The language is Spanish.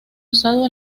usado